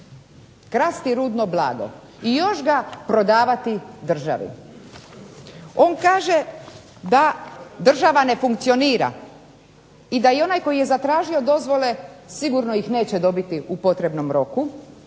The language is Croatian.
krasti rudno blago i još ga prodavati državi. On kaže da država ne funkcionira i da i onaj koji je zatražio dozvole sigurno ih neće dobiti u potrebnom roku